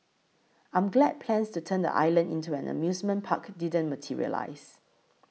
I'm glad plans to turn the island into an amusement park didn't materialise